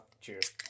cheers